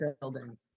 building